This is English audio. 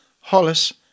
Hollis